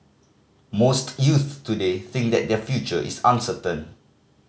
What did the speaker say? most youths today think that their future is uncertain